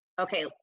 okay